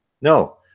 no